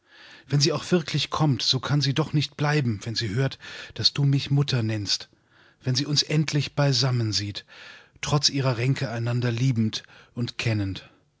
dortunten undsiezeigteaufdieentferntesteeckedeszimmersnebendertür mutter umgotteswillen wasistes washatdichsoverändert soistesrecht sagmutter wennsieauchwirklichkommt sokannsiedochnicht bleiben wenn sie hört daß du mich mutter nennst wenn sie uns endlich beisammen sieht trotz ihrer ränke einander liebend und kennend